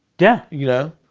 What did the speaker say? yeah. you know?